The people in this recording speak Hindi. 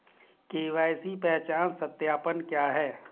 के.वाई.सी पहचान सत्यापन क्या है?